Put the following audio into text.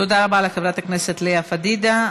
תודה רבה לחברת הכנסת לאה פדידה.